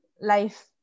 life